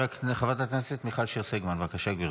חברת הכנסת מיכל שיר סגמן, בבקשה, גברתי.